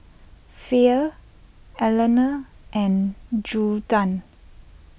Fay Elana and Judah